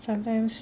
sometimes